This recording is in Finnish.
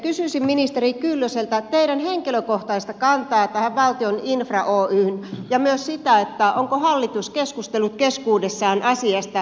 kysyisin ministeri kyllönen teidän henkilökohtaista kantaanne tähän valtion infra oyhyn ja myös sitä onko hallitus keskustellut keskuudessaan asiasta